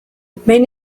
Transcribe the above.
behin